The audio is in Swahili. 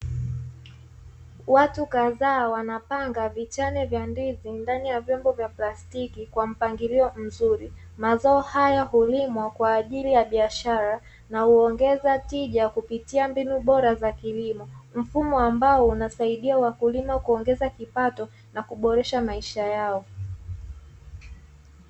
Watu kadhaa wanapanga vichane vya ndizi ndani ya vyombo vya plastiki kwa mpangilio mzuri. Mazao haya hulimwa kwa ajili ya biashara na huongeza tija kwa ajili ya mbinu bora za kilimo, mfumo ambao unasaidia wakulima kuongeza kipato na kuboresha maisha yao.